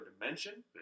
dimension